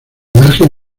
margen